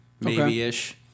maybe-ish